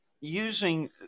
using